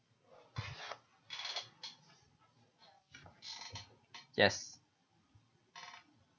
yes